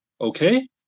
okay